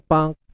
Punk